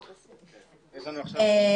בבקשה.